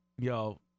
yo